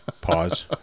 Pause